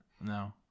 No